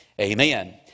amen